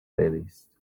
playlist